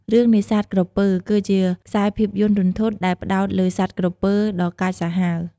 រឿង នេសាទក្រពើ គឺជាខ្សែភាពយន្តរន្ធត់ដែលផ្ដោតលើសត្វក្រពើដ៏កាចសាហាវ។